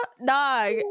no